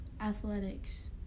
Athletics